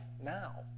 now